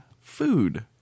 food